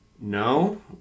no